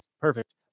Perfect